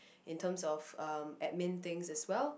in terms of um admin things as well